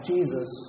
Jesus